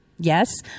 Yes